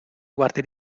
guardia